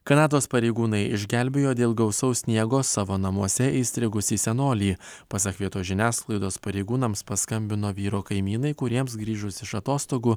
kanados pareigūnai išgelbėjo dėl gausaus sniego savo namuose įstrigusį senolį pasak vietos žiniasklaidos pareigūnams paskambino vyro kaimynai kuriems grįžus iš atostogų